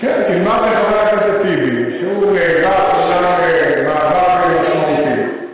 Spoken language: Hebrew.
תלמד מחבר הכנסת טיבי, שהוא נאבק מאבק משמעותי,